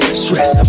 stress